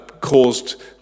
caused